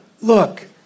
look